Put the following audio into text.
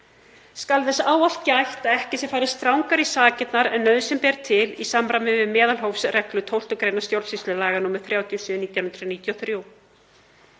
Skal þess ávallt gætt að ekki sé farið strangar í sakirnar en nauðsyn ber til í samræmi við meðalhófsreglu 12. gr. stjórnsýslulaga nr. 37/1993.